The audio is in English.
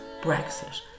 Brexit